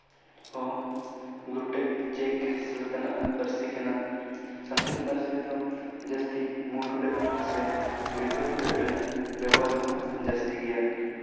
ᱦᱚᱸ glottal check ᱥᱮᱞᱮᱫ ᱟᱱᱟᱜ ᱯᱟᱹᱨᱥᱤ ᱠᱟᱱᱟ ᱥᱟᱱᱛᱟᱲᱤ ᱯᱟᱹᱨᱥᱤ ᱨᱮᱫᱚ ᱡᱟᱹᱥᱛᱤ ᱢᱩ ᱴᱩᱰᱟᱹᱜ ᱥᱮ ᱜᱟᱹᱦᱞᱟᱹ ᱴᱩᱰᱟᱹᱜ ᱨᱮᱱᱟᱜ ᱵᱮᱵᱚᱦᱟᱨ ᱦᱚᱸ ᱡᱟᱹᱥᱛᱤ ᱜᱮᱭᱟ